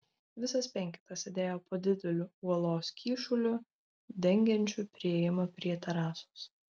visas penketas sėdėjo po dideliu uolos kyšuliu dengiančiu priėjimą prie terasos